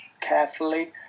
carefully